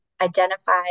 identify